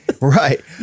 Right